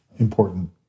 Important